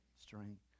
strength